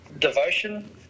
devotion